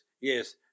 yes